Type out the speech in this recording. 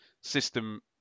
system